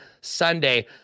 Sunday